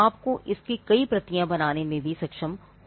आपको इसकी कई प्रतियां बनाने में सक्षम होना चाहिए